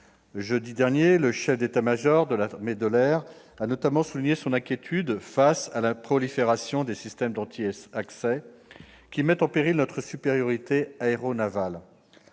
Jeudi dernier, le chef d'état-major de l'armée de l'air a notamment souligné son inquiétude face à la prolifération des systèmes d'anti-accès, qui mettent en péril notre supériorité aéronavale.